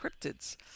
cryptids